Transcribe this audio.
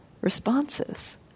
responses